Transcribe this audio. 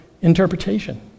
interpretation